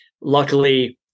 Luckily